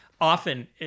Often